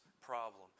problem